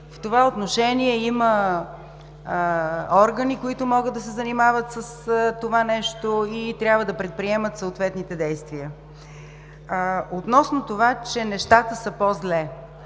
В това отношение има органи, които могат да се занимават с това нещо и трябва да предприемат съответните действия. Относно това, че нещата са по-зле.